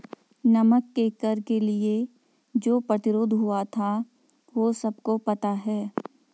नमक के कर के लिए जो प्रतिरोध हुआ था वो सबको पता है